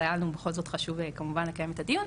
אבל היה בכל זאת חשוב לי כמובן לקיים את הדיון,